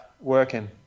Working